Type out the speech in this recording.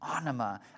Anima